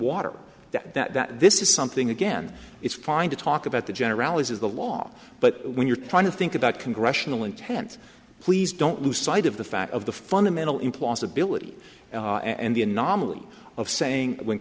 water that that this is something again it's fine to talk about the generalities is the law but when you're trying to think about congressional intent please don't lose sight of the fact of the fundamental implausibility and the anomaly of saying when